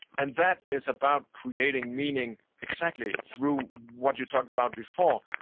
and that is about creating meaning exactly through what you talked about before,